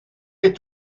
est